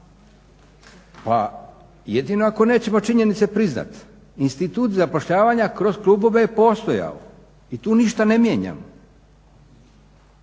pa jedino ako nećemo činjenice priznati. Institut zapošljavanja kroz klubove je postojao i tu ništa ne mijenjamo.